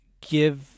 give –